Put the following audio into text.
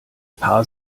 paar